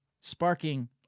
sparking